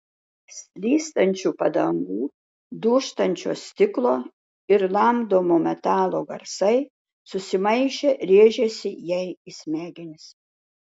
slystančių padangų dūžtančio stiklo ir lamdomo metalo garsai susimaišę rėžėsi jai į smegenis